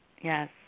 Yes